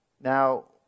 now